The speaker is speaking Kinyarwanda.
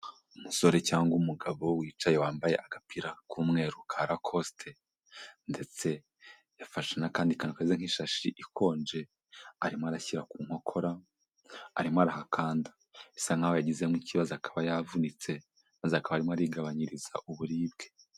Umusore cyangwa umugabo wicaye wambaye agapira k'umweru ka lakosite. Ndetse yafashe n'akandi kameze nk'ishashi ikonje arimo arashyira ku nkokora, arimo arahakanda. Bisa nkaho yagizemo ikibazo akaba yavunitse, maze akaba arimo arigabanyiriza uburibwe.